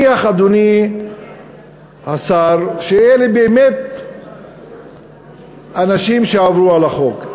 אדוני השר, נניח שאלה באמת אנשים שעברו על החוק.